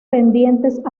pendientes